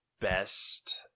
best